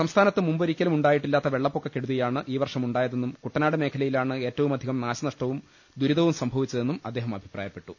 സംസ്ഥാ നത്ത് മുമ്പൊരിക്കലുമുണ്ടായിട്ടില്ലാത്ത വെളളപ്പൊക്ക കെടു തിയാണ് ഈ വർഷമുണ്ടായതെന്നും കുട്ടനാട് മേഖലയി ലാണ് ഏറ്റവുമധികം നാശനഷ്ടവും ദുരിതവും സംഭവിച്ച തെന്നും അദ്ദേഹം അഭിപ്രായപ്പെട്ടു